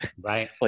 Right